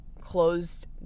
closed